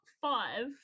five